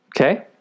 Okay